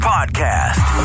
Podcast